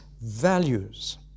values